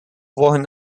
wochen